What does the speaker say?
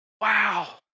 Wow